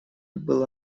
было